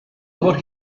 mor